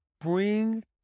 bring